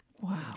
wow